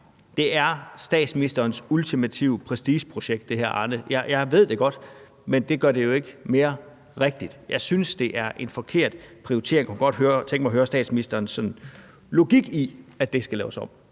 er statsministerens ultimative prestigeprojekt. Jeg ved det godt, men det gør det jo ikke mere rigtigt. Jeg synes, det er en forkert prioritering. Jeg kunne godt tænke mig at høre statsministerens logik, i forhold til at det skal laves om.